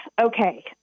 okay